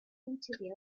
interview